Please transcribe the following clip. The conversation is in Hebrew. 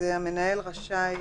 המנהל רשאי